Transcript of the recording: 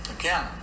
Again